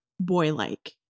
boy-like